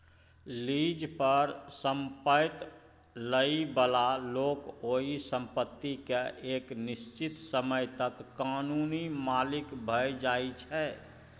lease पर संपैत लइ बला लोक ओइ संपत्ति केँ एक निश्चित समय तक कानूनी मालिक भए जाइ छै